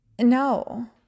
No